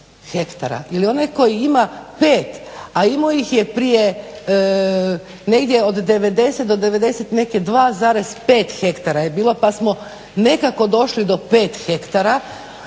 ili onaj koji ima 5, a imao ih je prije negdje od 90 do 90 neke 2,5 hektara je bilo pa smo nekako došli do 5 hektara.